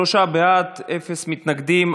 בעד, שלושה, אין מתנגדים.